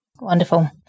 Wonderful